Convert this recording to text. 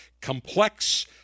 Complex